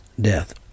death